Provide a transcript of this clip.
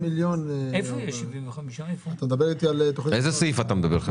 על איזה סעיף אתה מדבר?